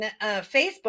Facebook